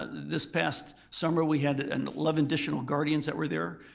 this past summer, we had and eleven additional guardians that were there.